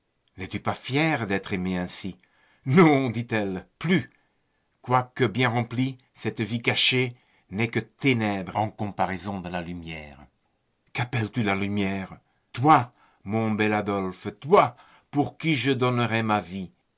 n'es-tu pas fière d'être aimée ainsi non dit-elle plus quoique bien remplie cette vie cachée n'est que ténèbres en comparaison de la lumière quappelles tu la lumière toi mon bel adolphe toi pour qui je donnerais ma vie